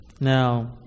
Now